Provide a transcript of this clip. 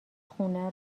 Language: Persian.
خونه